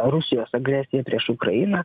rusijos agresija prieš ukrainą